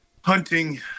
hunting